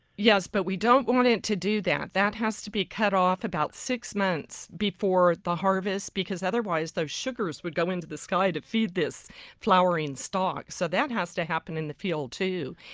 yes, but we don't want it to do that. that has to be cut off about six months before the harvest, because otherwise the sugars would go into the sky to feed this flowering stalk so that has to happen in the field, too.